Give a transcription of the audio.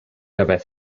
dabei